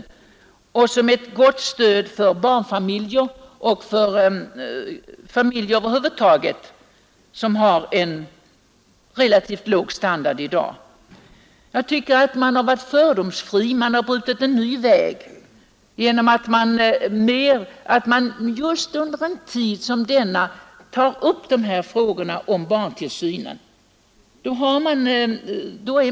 De ger också ett gott stöd till barnfamiljer och till sådana familjer över huvud taget som har en relativt låg standard. Jag tycker att man här har varit fördomsfri och att man har brutit en ny väg genom att prioritera frågorna om barntillsynen.